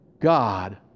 God